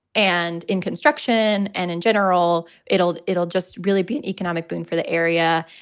and in construction and in general, it'll it'll just really be an economic boon for the area.